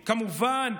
כמובן,